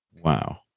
Wow